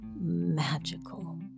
magical